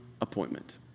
appointment